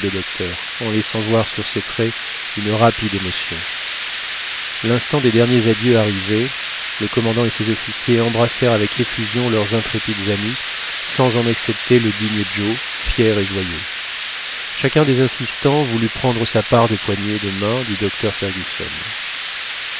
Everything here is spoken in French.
docteur en laissant voir sur ses traits une rapide émotion l'instant des derniers adieux arrivait le commandant et ses officiers embrassèrent avec effusion leurs intrépides amis sans en excepter le digne joe fier et joyeux chacun des assistants voulut prendre sa part des poignées de main du docteur fergusson